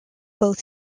both